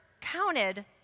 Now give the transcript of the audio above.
counted